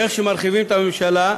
ואיך שמרחיבים את הממשלה,